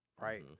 Right